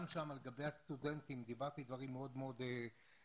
גם שם לגבי הסטודנטים אמרתי דברים מאוד מאוד ברורים,